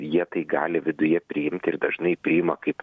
jie tai gali viduje priimti ir dažnai priima kaip